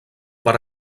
per